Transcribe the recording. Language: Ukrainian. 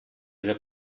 вже